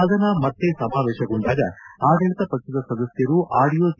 ಸದನ ಮತ್ತೆ ಸಮಾವೇಶಗೊಂಡಾಗ ಆಡಳಿತ ಪಕ್ಷದ ಸದಸ್ಕರು ಆಡಿಯೋ ಸಿ